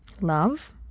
Love